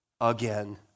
Again